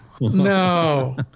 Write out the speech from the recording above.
no